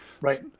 Right